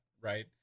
Right